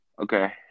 Okay